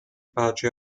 pace